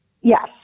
Yes